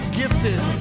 gifted